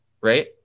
right